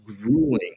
grueling